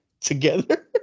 together